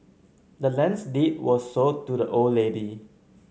the land's deed was sold to the old lady